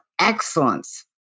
excellence